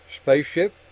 spaceship